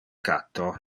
catto